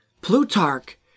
Plutarch